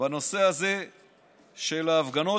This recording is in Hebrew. בנושא הזה של ההפגנות,